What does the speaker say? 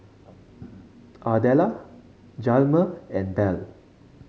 Ardella Hjalmer and Belle